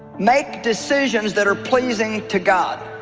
make decisions that are pleasing to god